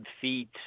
feet